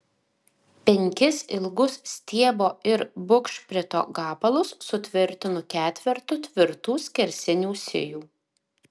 penkis ilgus stiebo ir bugšprito gabalus sutvirtinu ketvertu tvirtų skersinių sijų